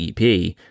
EP